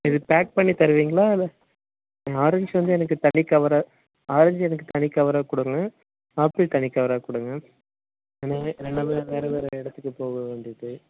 இது பேக் பண்ணி தருவீங்களா இல்லை ஆரஞ்சு வந்து எனக்கு தனி கவரை ஆரஞ்சு எனக்கு தனி கவராக கொடுங்க ஆப்பிள் தனி கவராக கொடுங்க ரெண்டுமே ரெண்டுமே வேறு வேறு இடத்துக்கு போகவேண்டியது